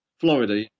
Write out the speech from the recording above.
Florida